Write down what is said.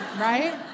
right